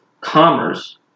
commerce